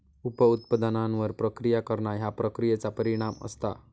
उप उत्पादनांवर प्रक्रिया करणा ह्या प्रक्रियेचा परिणाम असता